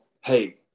hey